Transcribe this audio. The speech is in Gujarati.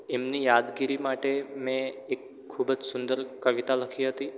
એમની યાદગીરી માટે મેં એક ખૂબ જ સુંદર કવિતા લખી હતી